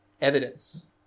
evidence